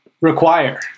require